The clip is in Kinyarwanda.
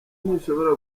ntishobora